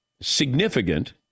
significant